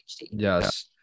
Yes